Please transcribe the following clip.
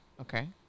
Okay